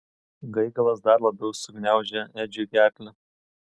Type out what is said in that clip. gaigalas dar labiau sugniaužė edžiui gerklę